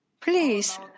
Please